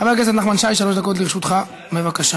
חבר הכנסת נחמן שי, שלוש דקות לרשותך, בבקשה.